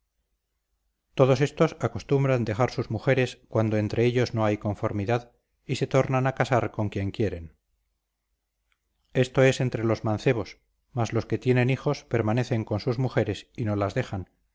todos éstos acostumbran dejar sus mujeres cuando entre ellos no hay conformidad y se tornan a casar con quien quieren esto es entre los mancebos mas los que tienen hijos permanecen con sus mujeres y no las dejan